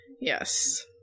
Yes